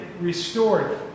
restored